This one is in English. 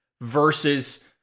versus